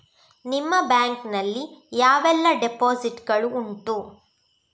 ನಿಮ್ಮ ಬ್ಯಾಂಕ್ ನಲ್ಲಿ ಯಾವೆಲ್ಲ ಡೆಪೋಸಿಟ್ ಗಳು ಉಂಟು?